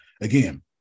Again